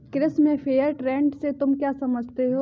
कृषि में fair trade से तुम क्या समझते हो?